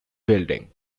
building